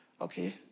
Okay